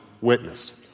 witnessed